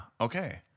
okay